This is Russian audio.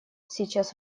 сейчас